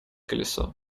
колесо